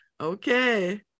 okay